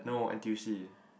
no n_t_u_c